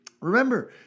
remember